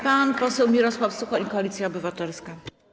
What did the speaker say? Pan poseł Mirosław Suchoń, Koalicja Obywatelska.